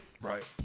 Right